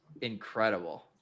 incredible